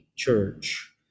church